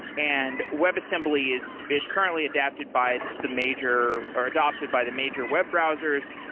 and webassembly is is currently adapted by the major or adopted by the major web browsers.